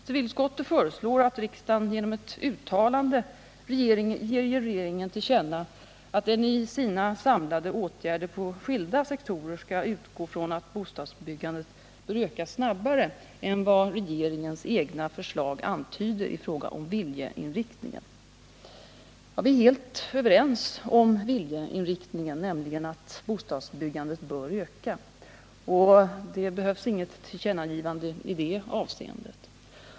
Civilutskottet föreslår att riksdagen genom ett uttalande ger regeringen till känna att den i sina samlade åtgärder på skilda sektorer skall utgå från att bostadsbyggandet bör öka snabbare än vad regeringens egna förslag antyder i fråga om viljeinriktningen. Vi är helt överens om viljeinriktningen, nämligen att bostadsbyggandet bör ökas. Det behövs inte något tillkännagivande i det avseendet.